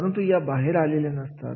परंतु या बाहेर आलेल्या नसतात